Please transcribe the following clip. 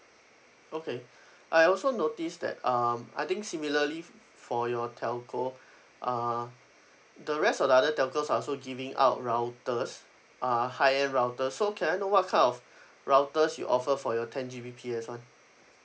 okay I also notice that um I think similarly f~ f~ for your telco uh the rest of the other telcos are also giving out routers uh high end routers so can I know what kind of routers you offer for your ten G_B_P_S [one]